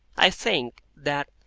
i think that,